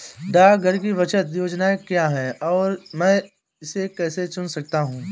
डाकघर की बचत योजनाएँ क्या हैं और मैं इसे कैसे चुन सकता हूँ?